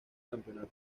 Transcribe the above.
campeonato